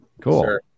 Cool